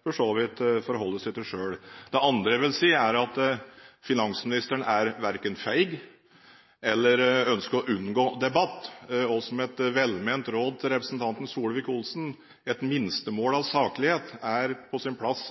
for så vidt forholde seg til selv. Det andre jeg vil si, er at finansministeren verken er feig eller ønsker å unngå debatt. Et velment råd til representanten Solvik-Olsen: Et minstemål av saklighet er på sin plass.